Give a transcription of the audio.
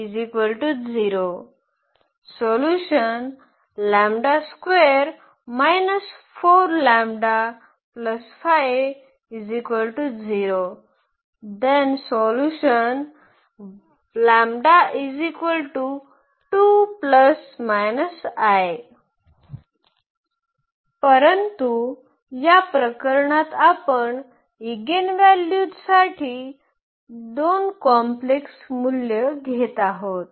परंतु या प्रकरणात आपण ईगेनव्हल्यूजसाठी 2 कॉम्प्लेक्स मूल्ये घेत आहोत